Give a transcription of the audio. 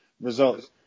results